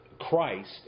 Christ